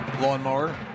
lawnmower